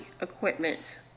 equipment